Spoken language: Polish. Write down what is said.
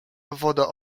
woda